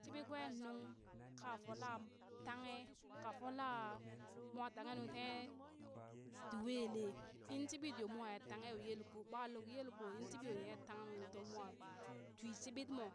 shiɓit kwee nunka folee tanghe kafolaaa mwa tanghe ti weelee in shibit yoo mwa er tanghe yoo yelko ɓa luk yelko in shiɓit yo ni er tanghe nung yo to mwa twi shibit mo,